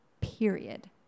period